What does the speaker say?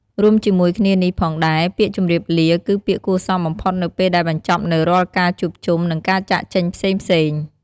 រួមជាមួយគ្នានេះផងដែរ ពាក្យជម្រាបលា គឺពាក្យគួរសមបំផុតនៅពេលដែលបញ្ចប់នូវរាល់ការជួបជុំ និងការចាកចេញផ្សេងៗ។